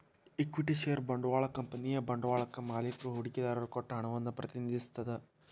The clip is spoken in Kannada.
ಇಕ್ವಿಟಿ ಷೇರ ಬಂಡವಾಳ ಕಂಪನಿಯ ಬಂಡವಾಳಕ್ಕಾ ಮಾಲಿಕ್ರು ಹೂಡಿಕೆದಾರರು ಕೊಟ್ಟ ಹಣವನ್ನ ಪ್ರತಿನಿಧಿಸತ್ತ